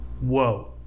Whoa